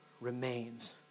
remains